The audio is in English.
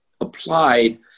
applied